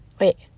Wait